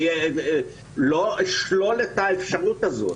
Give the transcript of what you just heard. אני לא אשלול את האפשרות הזאת,